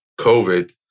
COVID